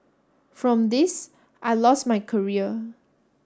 from this I lost my career